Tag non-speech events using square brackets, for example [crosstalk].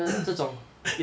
[coughs]